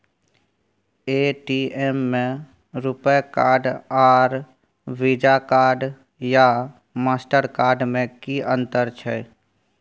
ATM में RuPay card आर Visa card या मास्टर कार्ड में कि अतंर छै?